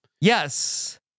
Yes